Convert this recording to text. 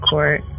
Court